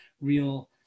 real